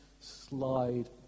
slide